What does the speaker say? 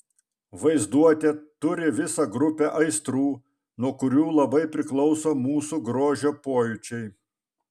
vaizduotė turi visą grupę aistrų nuo kurių labai priklauso mūsų grožio pojūčiai